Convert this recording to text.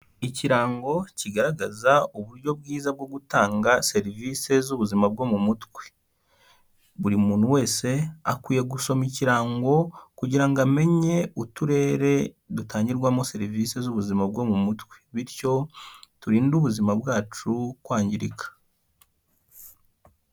Ikirango kigaragaza uburyo bwiza bwo gutanga serivisi z'ubuzima bwo mu mutwe, buri muntu wese akwiye gusoma ikirango kugira ngo amenye uturere dutangirwamo serivisi z'ubuzima bwo mu mutwe, bityo turinde ubuzima bwacu kwangirika.